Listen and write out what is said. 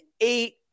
eight